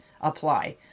apply